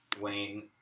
Wayne